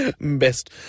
best